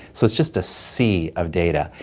so it's just a sea of data.